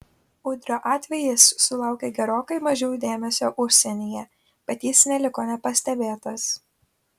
udrio atvejis sulaukė gerokai mažiau dėmesio užsienyje bet jis neliko nepastebėtas